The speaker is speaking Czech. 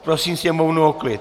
Prosím sněmovnu o klid.